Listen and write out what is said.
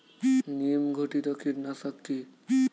নিম ঘটিত কীটনাশক কি?